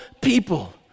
people